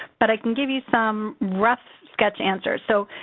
but i can give you some rough sketch answers. so,